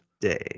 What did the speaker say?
day